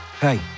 Hey